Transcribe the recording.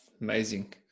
amazing